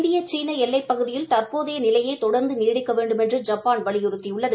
இந்திய சீன எல்லைப்பகுதியில் தற்போதைய நிலையே தொடா்ந்து நீடிக்க வேண்டுமென்று ஜப்பான் வலியுறுத்தியுள்ளது